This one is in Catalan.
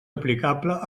aplicable